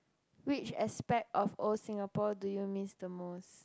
which aspect of old Singapore do you miss the most